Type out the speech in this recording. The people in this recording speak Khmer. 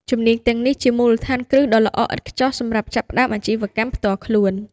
ជំនាញទាំងនេះជាមូលដ្ឋានគ្រឹះដ៏ល្អឥតខ្ចោះសម្រាប់ចាប់ផ្តើមអាជីវកម្មផ្ទាល់ខ្លួន។